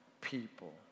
people